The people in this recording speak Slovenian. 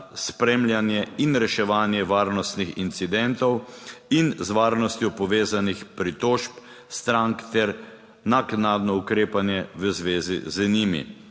spremljanje in reševanje varnostnih incidentov in z varnostjo povezanih pritožb strank ter naknadno ukrepanje v zvezi z njimi.